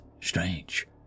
strange